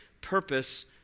purpose